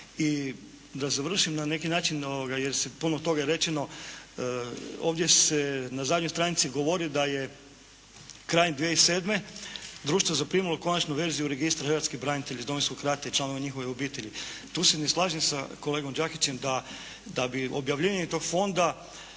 I da završim na neki način jer se puno toga rečeno. Ovdje se na zadnjoj stranici govori da je kraj 2007. društvo zaprimilo konačnu verziju Registra hrvatskih branitelja iz Domovinskog rata i članova njihovih obitelji. Tu se ne slažem sa kolegom Đakićem da bi objavljivanje tog fonda,